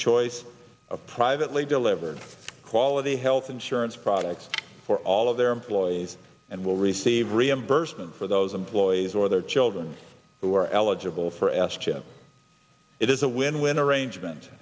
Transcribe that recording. choice of privately delivered quality health insurance products for all of their employees and will receive reimbursement for those employees or their children who are eligible for s chip it is a win win arrangement